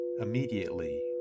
Immediately